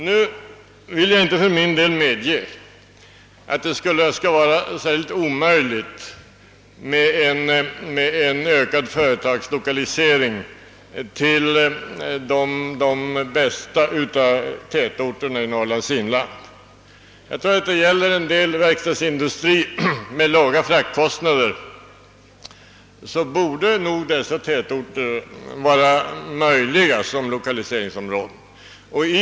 Jag vill för min del inte medge att det skulle vara omöjligt att få ökad företagslokalisering till tätorterna i Norrlands inland. För en del verkstadsindustrier med låga fraktkostnader borde dessa tätorter vara möjliga som lokaliseringsorter.